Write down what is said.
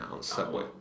subway